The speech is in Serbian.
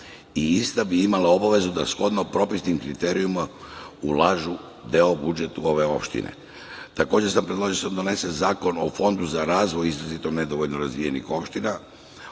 i ista bi imala obavezu da shodno propisanih kriterijumima ulažu deo budžeta u ove opštine. Takođe sam predložio da se donese zakon o fondu za razvoj izrazito nedovoljno razvijenih opština.